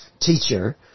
teacher